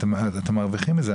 אתם מרוויחים מזה,